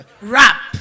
Rap